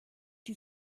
die